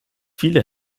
viele